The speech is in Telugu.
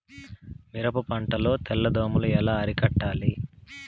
మిరప పంట లో తెల్ల దోమలు ఎలా అరికట్టాలి?